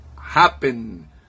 happen